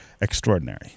extraordinary